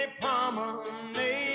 promenade